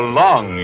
long